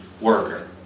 worker